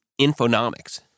Infonomics